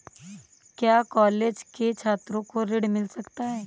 क्या कॉलेज के छात्रो को ऋण मिल सकता है?